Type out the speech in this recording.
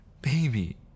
Baby